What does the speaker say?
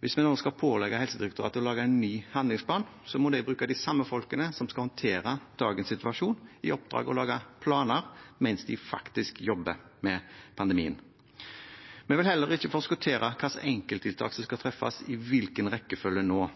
Hvis vi nå skal pålegge Helsedirektoratet å lage en ny handlingsplan, må de bruke de samme menneskene som skal håndtere dagens situasjon, i oppdraget med å lage planer mens de faktisk jobber med pandemien. Vi vil heller ikke forskuttere hvilke enkelttiltak som skal treffes, og i hvilken rekkefølge, nå.